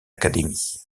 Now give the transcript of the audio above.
académie